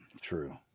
True